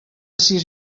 sis